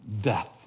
death